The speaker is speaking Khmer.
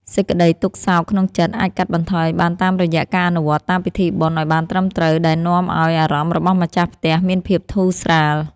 សេចក្តីទុក្ខសោកក្នុងចិត្តអាចកាត់បន្ថយបានតាមរយៈការអនុវត្តតាមពិធីបុណ្យឱ្យបានត្រឹមត្រូវដែលនាំឱ្យអារម្មណ៍របស់ម្ចាស់ផ្ទះមានភាពធូរស្រាល។